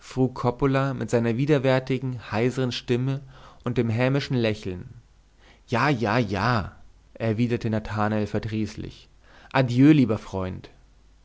coppola mit seiner widerwärtigen heisern stimme und dem hämischen lächeln ja ja ja erwiderte nathanael verdrießlich adieu lieber freund